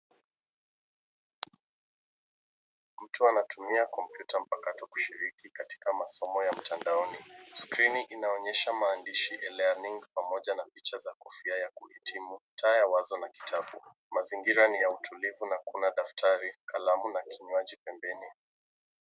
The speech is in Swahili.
Mtu anatumia kompyuta mpakato kushiriki katika masomo ya mtandaoni. Skrini inaonyesha maandishi ya E-LEARNING pamoja na maandishi na kofia ya kuhitimu, taa ya wazo na kitabu. Mazingira ni ya utulivu na kuna daftari, kalamu na kinywaji pembeni.